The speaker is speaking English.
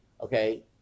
okay